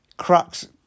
crux